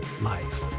life